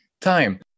time